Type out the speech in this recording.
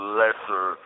lesser